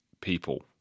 people